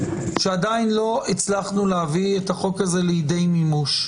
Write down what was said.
שעדיין לא הצלחנו להביא את החוק הזה לידי מימוש.